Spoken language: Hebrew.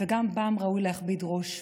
וגם בהם ראוי להכביד ראש.